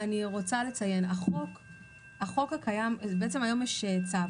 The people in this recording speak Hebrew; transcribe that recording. היום יש צו,